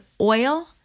oil